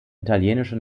italienische